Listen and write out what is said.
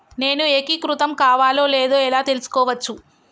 నేను ఏకీకృతం కావాలో లేదో ఎలా తెలుసుకోవచ్చు?